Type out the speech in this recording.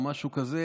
משהו כזה.